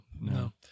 No